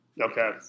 Okay